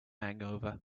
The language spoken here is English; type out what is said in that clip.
hangover